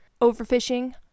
overfishing